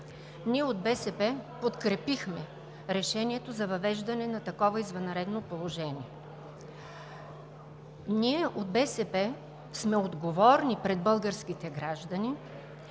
Ние от БСП подкрепихме решението за въвеждане на такова извънредно положение. Ние от БСП сме отговорни пред българските граждани